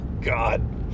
God